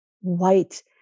white